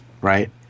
right